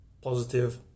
positive